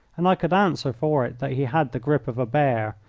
and i could answer for it that he had the grip of a bear,